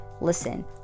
listen